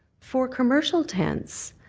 for commercial tents,